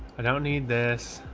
i don't need this